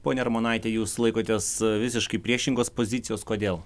ponia armonaite jūs laikotės visiškai priešingos pozicijos kodėl